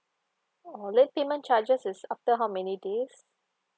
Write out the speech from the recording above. oh late payment charges is after how many days